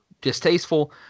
distasteful